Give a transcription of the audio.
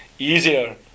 easier